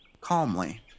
calmly